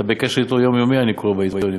אתה בקשר אתו, יומיומי, אני קורא בעיתונים.